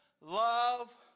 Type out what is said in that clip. love